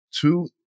two